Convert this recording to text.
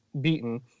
beaten